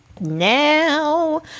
now